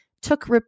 took